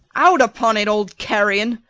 out upon it, old carrion!